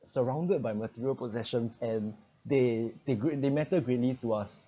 surrounded by material possessions and they they greatly matter green leaf to us